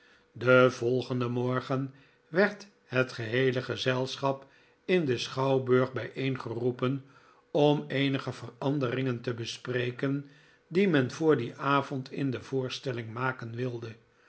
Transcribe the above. den volgenden morgen werd het geheele gezelschap in den schouwburg bijeengeroepen om ecnige veranderingen te bespreken die men voor dien avond in de voorstelling maken wilde